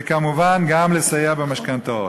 וכמובן גם לסייע במשכנתאות.